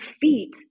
feet